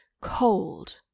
cold